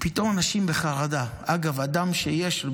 פתאום אנשים בחרדה, דרך אגב, אדם בשדרות